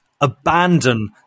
abandon